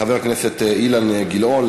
ראשון הדוברים, חבר הכנסת אילן גילאון.